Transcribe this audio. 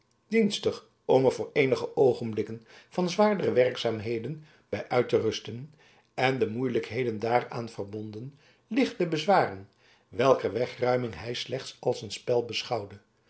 dienstig om er voor eenige oogenblikken van zwaardere werkzaamheden bij uit te rusten en de moeilijkheden daaraan verbonden lichte bezwaren welker wegruiming hij slechts als een spel beschouwde